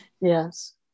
Yes